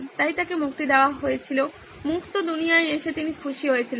তাই তাকে মুক্তি দেওয়া হয়েছিল মুক্ত দুনিয়ায় এসে তিনি খুশি হয়েছিলেন